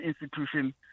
institution